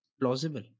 plausible